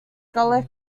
gaelic